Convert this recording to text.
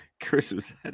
Christmas